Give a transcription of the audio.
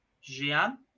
Gian